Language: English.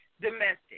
domestic